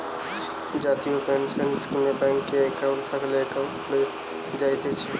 জাতীয় পেনসন স্কীমে ব্যাংকে একাউন্ট থাকলে একাউন্ট খুলে জায়তিছে